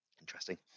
Interesting